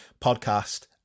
podcast